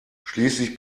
schließlich